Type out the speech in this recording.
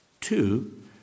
Two